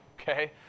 Okay